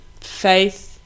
faith